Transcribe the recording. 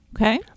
Okay